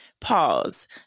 pause